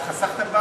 אז חסכתם פעמיים.